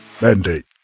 Mandate